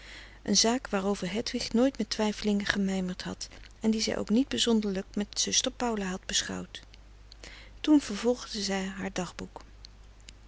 een zaak waarover hedwig nooit met twijfelingen gemijmerd had en die zij ook niet bizonderlijk met zuster paula had beschouwd toen vervolgde zij haar dagboek